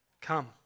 Come